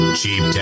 cheap